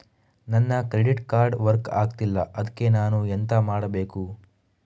ನನ್ನ credit card work ಆಗ್ತಿಲ್ಲ ಅದ್ಕೆ ನಾನು ಎಂತ ಮಾಡಬೇಕು?